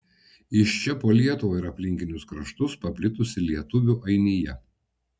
iš čia po lietuvą ir aplinkinius kraštus paplitusi lietuvių ainija